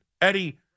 Eddie